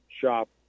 shop